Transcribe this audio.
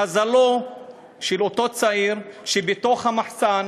מזלו של אותו צעיר, שבתוך המחסן